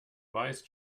wise